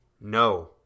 No